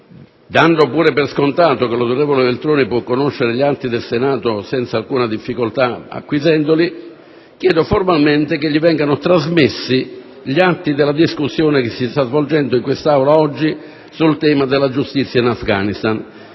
dando pure per scontato che l'onorevole Veltroni può conoscere gli atti del Senato senza alcuna difficoltà acquisendoli, di chiedere formalmente che gli vengano trasmessi gli atti della discussione che si sta svolgendo oggi in quest'Aula sul tema della giustizia in Afghanistan